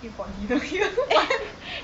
eat for dinner here